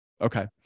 Okay